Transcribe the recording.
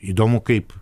įdomu kaip